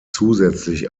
zusätzlich